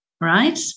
right